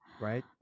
right